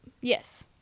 Yes